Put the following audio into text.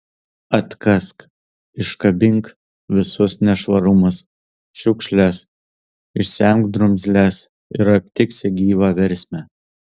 atkask iškabink visus nešvarumus šiukšles išsemk drumzles ir aptiksi gyvą versmę